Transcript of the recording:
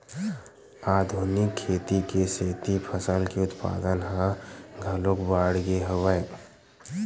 आधुनिक खेती के सेती फसल के उत्पादन ह घलोक बाड़गे हवय